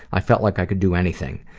i felt like i could do anything.